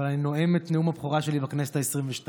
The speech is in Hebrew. אבל אני נואם את נאום הבכורה שלי בכנסת העשרים-ושתיים,